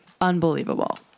unbelievable